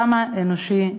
כמה אנושי,